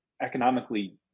economically